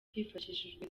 hifashishijwe